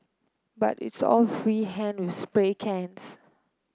but it's all free hand with spray cans